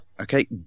Okay